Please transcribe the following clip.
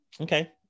Okay